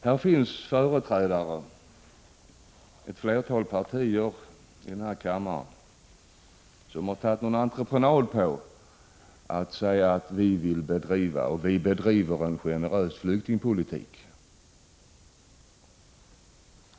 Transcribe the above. Det finns i denna kammare företrädare för ett flertal partier som har tagit på entreprenad att säga att vi bedriver en generös flyktingpolitik.